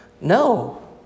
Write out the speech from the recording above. no